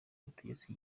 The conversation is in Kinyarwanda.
ubutegetsi